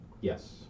Yes